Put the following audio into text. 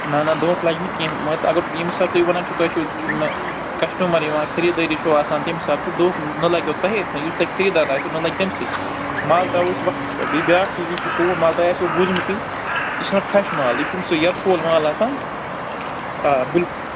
نَہ نَہ دوٚکھہٕ لگنہٕ کیٚنٛہہ اگر ییٚمہِ حِساب تۄہہِ وَنان چھُو تۄہہِ چھُو کسٹمر یِوان خٔریٖدٲری چھَو آسان تمہِ حِساب تہٕ دوٚکھہٕ نَہ لَگیو تۄہیے یُس تۄہہِ خٔریٖدار آسوٕ نَہ لَگہِ تٔمسٕے مال تراوو أسۍ وقتس پٮ۪ٹھ بیٚیہِ بیٛاکھ چیٖز یُس یہِ سون مال تۄہہِ آسوٕ بوٗزمتٕے یہِ چھُ آسن فرٮ۪ش مال یہِ چھُنہٕ سُہ یَتہٕ کول مال آسن آ بلکُل